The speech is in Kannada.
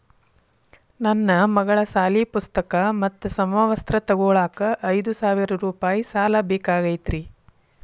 ನನ್ನ ಮಗಳ ಸಾಲಿ ಪುಸ್ತಕ್ ಮತ್ತ ಸಮವಸ್ತ್ರ ತೊಗೋಳಾಕ್ ಐದು ಸಾವಿರ ರೂಪಾಯಿ ಸಾಲ ಬೇಕಾಗೈತ್ರಿ